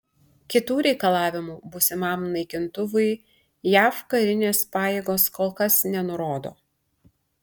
kitų reikalavimų būsimam naikintuvui jav karinės pajėgos kol kas nenurodo